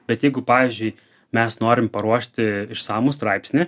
bet jeigu pavyzdžiui mes norim paruošti išsamų straipsnį